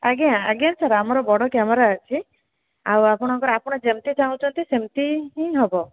ଆଜ୍ଞା ଆଜ୍ଞା ସାର୍ ଆମର ବଡ଼ କ୍ୟାମେରା ଅଛି ଆଉ ଆପଣଙ୍କର ଆପଣ ଯେମିତି ଚାହୁଁଛନ୍ତି ସେମିତି ହିଁ ହେବ